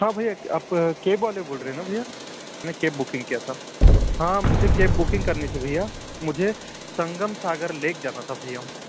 हाँ भैया आप केब वाले बोल रहें है ना भैया मैंने कैब बुकिंग किया था हाँ मुझे कैब बुकिंग करनी थी भैया मुझे संगम सागर लेक जाना था भैया